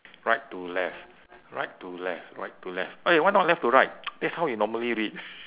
right to left right to left right to left !hey! why not left to right that's how we normally read